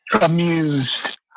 Amused